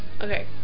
Okay